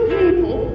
people